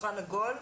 'שולחן עגול',